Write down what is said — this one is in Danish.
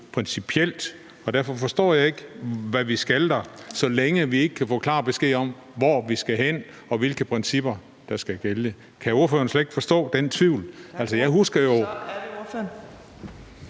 imod, og derfor forstår jeg ikke, hvad vi skal der, så længe vi ikke kan få klar besked om, hvor vi skal hen, og hvilke principper der skal gælde. Kan ordføreren slet ikke forstå den tvivl?